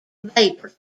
vapour